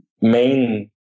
main